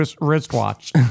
wristwatch